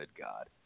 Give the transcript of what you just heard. God